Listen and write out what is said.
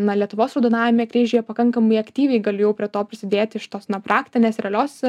na lietuvos raudonajame kryžiuje pakankamai aktyviai galiu jau prie to prisidėti iš tos na praktinės realios